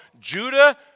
Judah